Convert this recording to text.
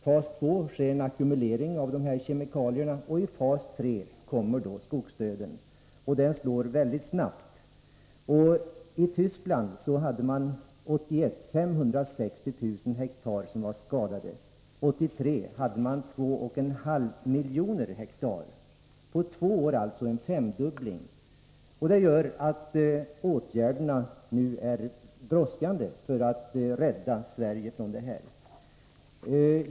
I fas 2 sker en ackumulering av kemikalierna. I fas 3 kommer då skogsdöden, och den slår väldigt snabbt. År 1981 hade man i Tyskland 560 000 hektar skog som var skadad. 1983 hade man 2,5 miljoner hektar — alltså en femdubbling på två år. Det gör att det nu brådskar med åtgärder för att rädda Sverige från något liknande.